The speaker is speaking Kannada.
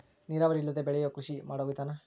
ನೇರಾವರಿ ಇಲ್ಲದೆ ಬೆಳಿಯು ಕೃಷಿ ಮಾಡು ವಿಧಾನಾ